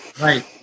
right